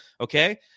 Okay